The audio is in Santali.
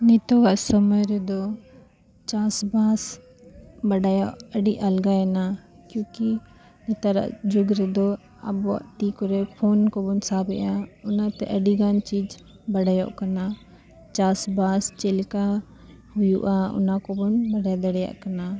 ᱱᱤᱛᱳᱜᱼᱟᱜ ᱥᱚᱢᱚᱭ ᱨᱮᱫᱚ ᱪᱟᱥᱵᱟᱥ ᱵᱟᱰᱟᱭᱚᱜ ᱟᱹᱰᱤ ᱟᱞᱜᱟᱭᱮᱱᱟ ᱠᱤᱭᱩᱠᱤ ᱱᱮᱛᱟᱨᱟᱜ ᱡᱩᱜᱽ ᱨᱮᱫᱚ ᱟᱵᱚᱣᱟᱜ ᱛᱤ ᱠᱚᱨᱮ ᱯᱷᱳᱱ ᱠᱚᱵᱚᱱ ᱥᱟᱵ ᱮᱫᱟ ᱚᱱᱟᱛᱮ ᱟᱹᱰᱤᱜᱟᱱ ᱪᱤᱡᱽ ᱵᱟᱰᱟᱭᱚᱜ ᱠᱟᱱᱟ ᱪᱟᱥᱵᱟᱥ ᱪᱮᱫ ᱞᱮᱠᱟ ᱦᱩᱭᱩᱜᱼᱟ ᱚᱱᱟ ᱠᱚᱵᱚᱱ ᱵᱟᱰᱟᱭ ᱫᱟᱲᱮᱭᱟᱜ ᱠᱟᱱᱟ